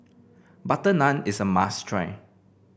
butter naan is a must try